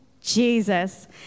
Jesus